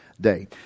day